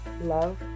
Love